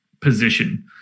position